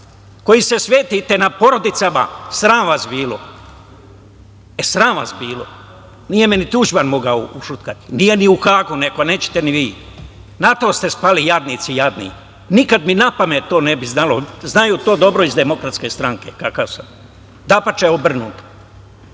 koji se svetite na porodicama. Sram vas bilo! Nije me ni Tuđman mogao ušutkati. Nije ni u Hagu neko, a nećete ni vi! Na to ste spali, jadnici jadni?! Nikad mi na pamet to ne bi palo. Znaju to dobro iz Demokratske stranke kakav sam, dapače obrnut.